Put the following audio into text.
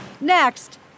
Next